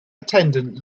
attendant